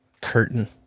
curtain